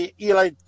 Eli